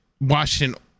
Washington